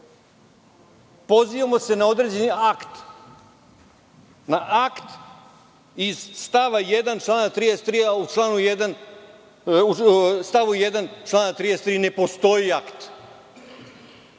pozivamo na određeni akt, na akt iz stava 1. člana 33, a u stavu 1. člana 33. ne postoji akt.